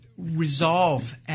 resolve